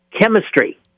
chemistry